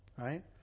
Right